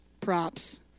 props